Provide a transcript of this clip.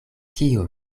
kio